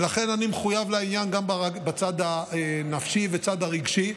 ולכן אני מחויב לעניין גם בצד הנפשי והצד הרגשי.